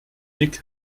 nick